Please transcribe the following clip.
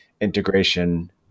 integration